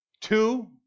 Two